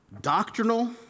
doctrinal